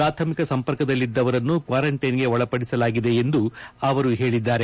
ಪ್ರಾಥಮಿಕ ಸಂಪರ್ಕದಲ್ಲಿದ್ದವರನ್ನು ಕ್ವಾರಂಟೈನ್ಗೆ ಒಳಪಡಿಸಲಾಗಿದೆ ಎಂದು ಅವರು ಹೇಳಿದ್ದಾರೆ